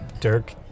Dirk